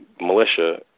militia